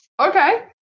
Okay